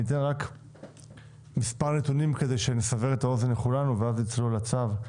אני אתן מספר נתונים כדי לסבר את האוזן לכולנו ואז נצלול לצו.